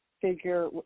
figure